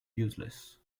useless